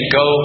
go